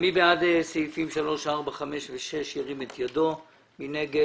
מי בעד אישור סעיפים 3, 4, 5 ו-6?: מי נגד?